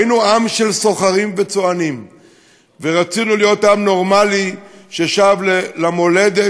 היינו עם של סוחרים וצוענים ורצינו להיות עם נורמלי ששב למולדת,